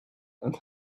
and